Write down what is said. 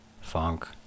funk